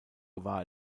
war